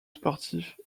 sportif